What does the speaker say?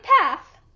path